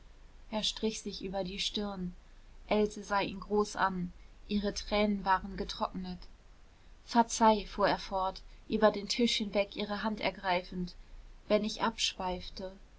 er strich sich über die stirn else sah ihn groß an ihre tränen waren getrocknet verzeih fuhr er fort über den tisch hinweg ihre hand ergreifend wenn ich abschweifte